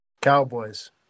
Cowboys